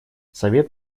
совет